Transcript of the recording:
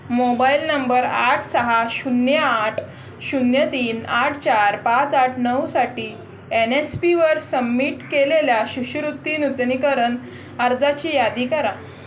mobile number आठ सहा शून्य आठ शून्य तीन आठ चार पाच आठ नऊसाठी एन एस पीवर सम्मिट केलेल्या शिष्यवृत्ती नूतनीकरण अर्जाची यादी करा